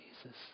Jesus